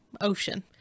Ocean